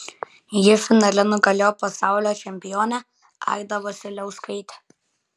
ji finale nugalėjo pasaulio čempionę aidą vasiliauskaitę